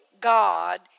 God